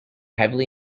heavily